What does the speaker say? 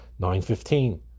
9.15